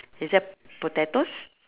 is that potatoes